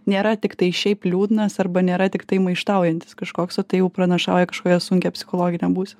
nėra tiktai šiaip liūdnas arba nėra tiktai maištaujantis kažkoks o tai jau pranašauja kažkokią sunkią psichologinę būse